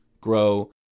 grow